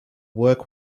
work